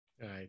right